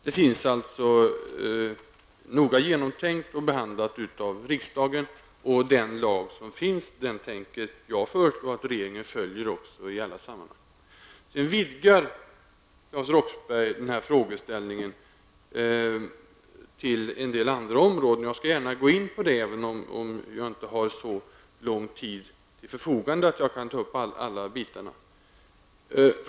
Detta är alltså noga genomtänkt och behandlat av riksdagen, och den lag som finns tänker jag föreslå regeringen att följa i alla sammanhang. Claes Roxbergh vidgar frågeställningen till att omfatta en del andra områden. Jag skall gärna gå in på detta, även om jag inte har så lång tid till mitt förfogande att jag kan ta upp alla delar.